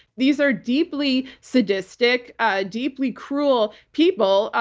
these are deeply sadistic, ah deeply cruel people,